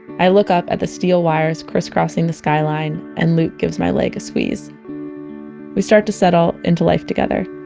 i look up at the steel wires crisscrossing the skyline and luke gives my leg a squeeze we start to settle in to life together.